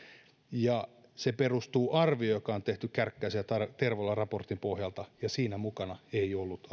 ja se perustuu arvioon joka on tehty kärkkäisen ja tervolan raportin pohjalta ja siinä mukana ei ollut